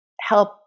help